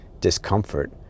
discomfort